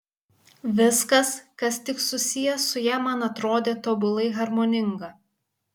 viskas kas tik susiję su ja man atrodė tobulai harmoninga